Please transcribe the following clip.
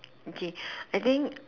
okay I think